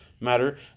matter